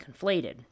conflated